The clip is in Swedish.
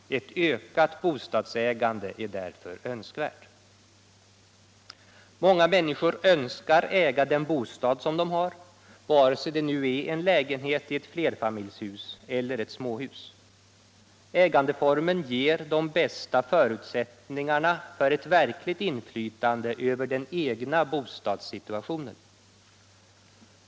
Ett ökat bostadsägande är således önskvärt. Många människor önskar äga den bostad som de har, vare sig det är en lägenhet i ett flerfamiljshus eller ett småhus. Ägandeformen ger de bästa förutsättningarna för ett verkligt inflytande över den egna bostadssituationen.